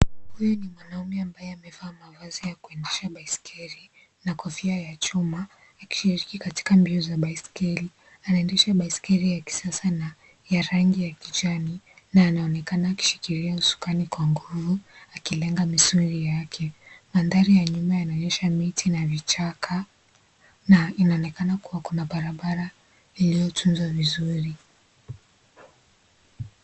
Huyu ni mwanaume ambaye amevaa mavazi ya kuendesha baiskeli na kofia ya chuma. Akishiriki kazi katika mbio za kuendesha baiskeli. Anaendesha baiskeli ya kisasa ya rangi ya kijani na anaonekana akishikilia usukani kwa nguvu akilenga misuli yake. Mandhari ya nyuma yanaonyesha miti na vichaka na inaonekana kuwa kuna barabara iliyotunzwa vizuri.